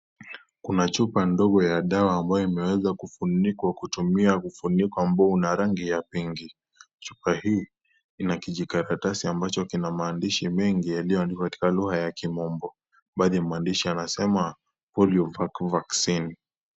Kuna chupa ndogo ya dawa ambayo umefunikwa kutumia ufuniko ambao una rangi ya Pinki. Chupa hii ina kikaratasi ambacho kina maandishi mengi, yaliyo katika lugha ya kimombo. Baadhi ya maandishi yanasema, Poliovac vaccine.